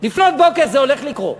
לפנות בוקר זה הולך לקרות,